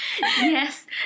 Yes